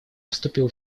вступил